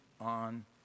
on